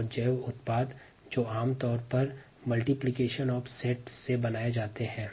अंत में जीवों के सम्मुचय के निरंतर गुणन से जैव उत्पाद बनते हैं